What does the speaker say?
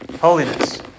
Holiness